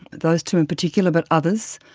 those two in particular, but others,